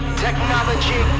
technology